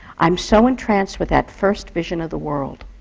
i'm so entranced with that first vision of the world,